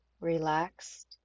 relaxed